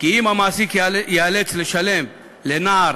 כי אם המעסיק ייאלץ לשלם לנער